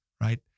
right